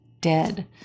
dead